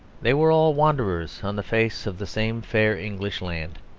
they were all wanderers on the face of the same fair english land.